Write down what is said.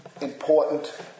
important